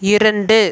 இரண்டு